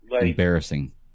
embarrassing